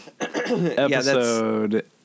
episode